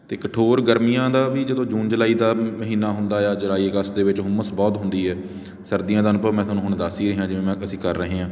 ਅਤੇ ਕਠੋਰ ਗਰਮੀਆਂ ਦਾ ਵੀ ਜਦੋਂ ਜੂਨ ਜੁਲਾਈ ਦਾ ਮਹੀਨਾ ਹੁੰਦਾ ਆ ਜੁਲਾਈ ਅਗਸਤ ਦੇ ਵਿੱਚ ਹੁੰਮਸ ਬਹੁਤ ਹੁੰਦੀ ਹੈ ਸਰਦੀਆਂ ਦਾ ਅਨੁਭਵ ਮੈਂ ਤੁਹਾਨੂੰ ਹੁਣ ਦੱਸ ਹੀ ਰਿਹਾ ਜਿਵੇਂ ਮੈਂ ਅਸੀਂ ਕਰ ਰਹੇ ਹਾਂ